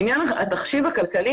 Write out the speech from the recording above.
בעניין התחשיב הכלכלי,